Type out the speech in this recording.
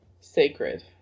sacred